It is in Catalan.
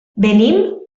venim